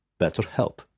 BetterHelp